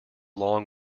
long